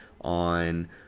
on